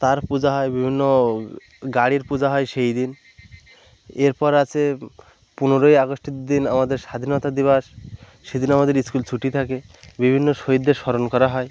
তার পূজা হয় বিভিন্ন গাড়ির পূজা হয় সেই দিন এরপর আসে পনেরোই আগস্টের দিন আমাদের স্বাধীনতা দিবস সেদিনও আমাদের স্কুল ছুটি থাকে বিভিন্ন শহিদদের স্মরণ করা হয়